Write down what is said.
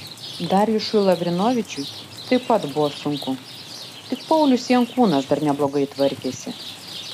darjušui lavrinovičiui taip pat buvo sunku tik paulius jankūnas dar neblogai tvarkėsi